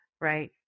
right